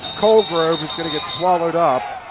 colgrove is going to get swallowed up.